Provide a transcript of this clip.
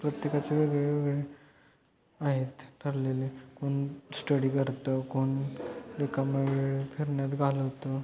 प्रत्येकाचे वेगळेवेगळे आहेत ठरलेले कोण स्टडी करतं कोण रिकामा वेळ फिरण्यात घालवतं